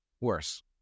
worse